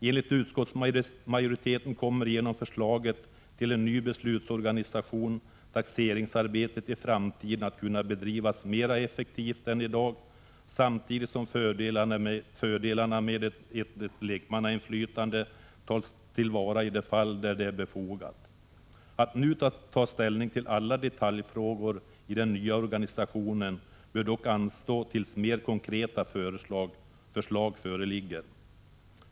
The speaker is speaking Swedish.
Enligt utskottsmajoriteten kommer genom förslaget till en ny beslutsorganisation taxeringsarbetet i framtiden att kunna bedrivas mera effektivt än i dag, samtidigt som fördelarna med ett lekmannainflytande tas till vara i de fall där det är befogat. Ett ställningstagande till alla detaljfrågor i den nya organisationen bör dock anstå tills mer konkreta förslag föreligger.